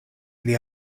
ili